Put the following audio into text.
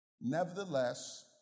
Nevertheless